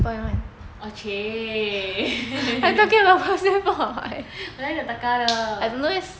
oh !chey! the taka 的